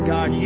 God